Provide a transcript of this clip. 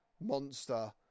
monster